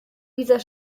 dieser